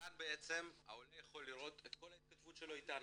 כאן העולה יכול לראות את כל ההתכתבות שלו איתנו,